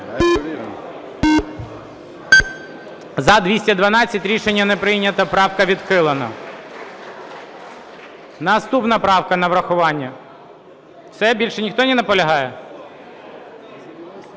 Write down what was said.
За-212 Рішення не прийнято. Правка відхилена. Наступна правка на врахування. Все, більше ніхто не наполягає?